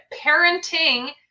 Parenting